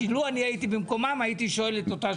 שאילו אני הייתי במקומם הייתי שואל את אותה השאלה.